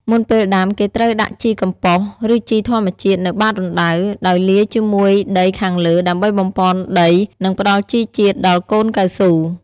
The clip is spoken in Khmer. មុនពេលដាំ គេត្រូវដាក់ជីកំប៉ុស្ត ឬជីធម្មជាតិនៅបាតរណ្តៅ ដោយលាយជាមួយដីខាងលើ ដើម្បីបំប៉នដី និងផ្តល់ជីវជាតិដល់កូនកៅស៊ូ។